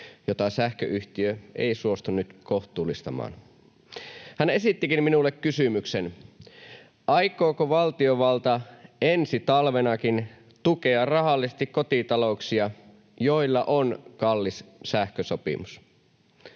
jota sähköyhtiö ei suostu nyt kohtuullistamaan. Hän esittikin minulle kysymyksen: aikooko valtiovalta ensi talvenakin tukea rahallisesti kotitalouksia, joilla on kallis sähkösopimus?